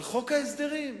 אבל חוק ההסדרים,